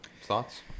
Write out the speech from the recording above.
thoughts